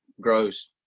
gross